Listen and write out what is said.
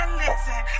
listen